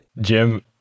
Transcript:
Jim